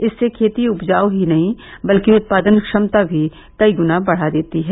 इससे खेती उपजाऊ ही नही बल्कि उत्पादन क्षमता भी कई गुना बढ़ जाती है